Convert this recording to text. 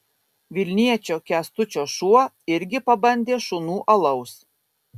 vilniečio kęstučio šuo irgi pabandė šunų alaus